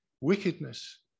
wickedness